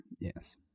Yes